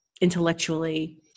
intellectually